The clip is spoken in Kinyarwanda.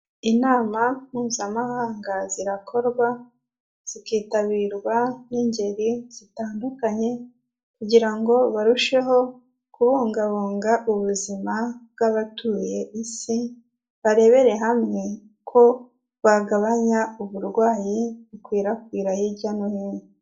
Inama mpuzamahanga zirakorwa zikitabirwa n'ingeri zitandukanye kugira ngo barusheho kubungabunga ubuzima bw'abatuye Isi, barebere hamwe uko bagabanya uburwayi bukwirakwira hirya no hino.